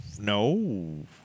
No